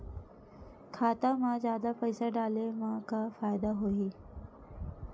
खाता मा जादा पईसा डाले मा का फ़ायदा होही?